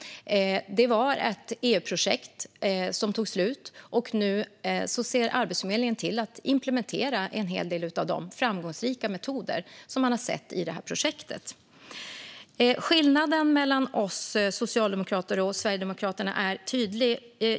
Det var ett EU-projekt som tog slut, och nu ser Arbetsförmedlingen till att implementera en hel del av de framgångsrika metoder som man sett i detta projekt. Skillnaden mellan oss socialdemokrater och Sverigedemokraterna är tydlig.